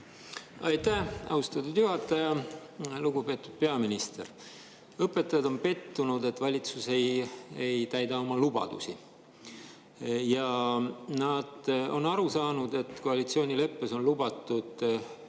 Aitäh, austatud juhataja! Lugupeetud peaminister! Õpetajad on pettunud, et valitsus ei täida oma lubadusi. Nad on aru saanud, et koalitsioonileppes on lubatud